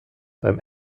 beim